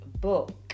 book